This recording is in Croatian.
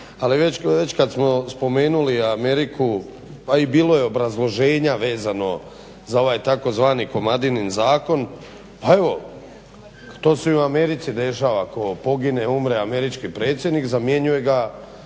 Ali već kada smo spomenuli Ameriku, ai bilo je obrazloženja vezano za ovaj tzv. komadinin zakon ha evo to se i u Americi dešava ako pogine, umre američki predsjednik, zamjenjuje ga